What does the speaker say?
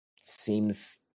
seems